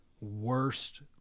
worst